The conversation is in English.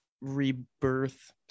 rebirth